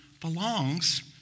belongs